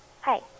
Hi